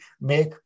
make